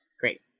Great